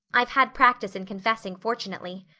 i've had practice in confessing, fortunately.